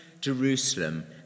Jerusalem